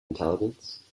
intelligence